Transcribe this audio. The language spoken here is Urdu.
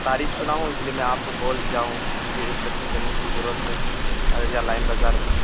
تعریف سنا ہوں اس لیے میں آپ کو کال کیا ہوں مجھے ایک کٹھے زمین کی ضرورت ہے ایریا لائن بازار میں